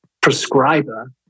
prescriber